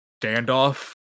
standoff